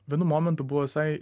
vienu momentu buvo visai